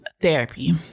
therapy